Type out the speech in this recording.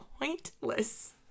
pointless